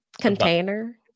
container